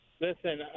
listen